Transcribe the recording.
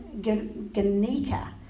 Ganika